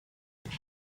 the